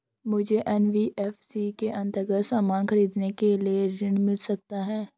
मुझे एन.बी.एफ.सी के अन्तर्गत सामान खरीदने के लिए ऋण मिल सकता है?